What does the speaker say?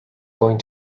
going